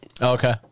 okay